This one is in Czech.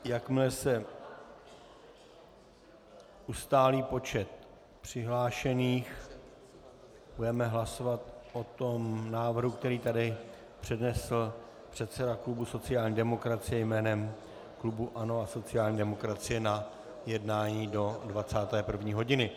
Jakmile se ustálí počet přihlášených, budeme hlasovat o návrhu, který tady přednesl předseda klubu sociální demokracie jménem klubu ANO a sociální demokracie na jednání do 21. hodiny.